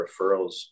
referrals